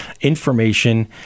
information